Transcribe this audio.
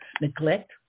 neglect